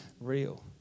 real